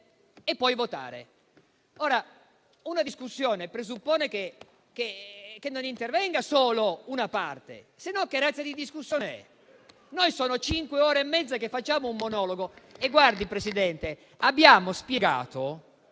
e poi votare. Ora, una discussione presuppone che non intervenga solo una parte, altrimenti che razza di discussione è? Sono cinque ore e mezza che facciamo un monologo e abbiamo spiegato